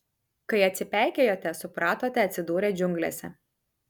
kai atsipeikėjote supratote atsidūrę džiunglėse